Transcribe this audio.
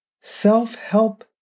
Self-help